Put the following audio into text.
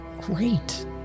great